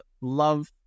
love